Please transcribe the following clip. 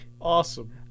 Awesome